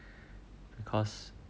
cause